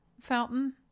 fountain